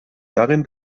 darin